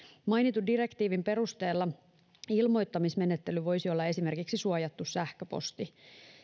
mainitun direktiivin perusteella ilmoittamismenettely voisi olla esimerkiksi suojattu sähköposti